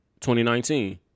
2019